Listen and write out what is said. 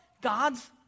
God's